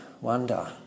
wonder